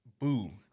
Boom